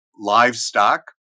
livestock